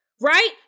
right